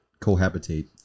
cohabitate